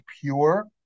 pure